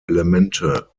elemente